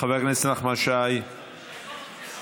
תודה